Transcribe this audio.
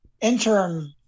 interim